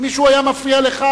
אם מישהו היה מפריע לך,